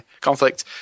conflict